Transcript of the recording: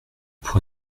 pour